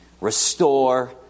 restore